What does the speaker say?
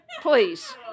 please